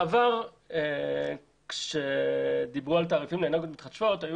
בעבר כשדיברו על תעריפים לאנרגיות מתחדשות היו